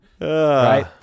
Right